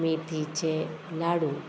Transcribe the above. मेथीचे लाडू